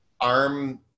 arm